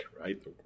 right